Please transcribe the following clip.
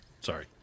sorry